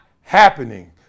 happening